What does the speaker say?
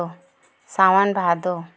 सावन भादो